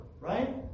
right